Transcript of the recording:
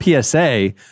PSA